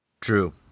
True